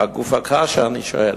הא גופא קשיא, אני שואל: